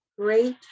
great